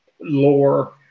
lore